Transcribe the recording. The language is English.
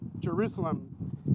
jerusalem